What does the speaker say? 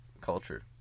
culture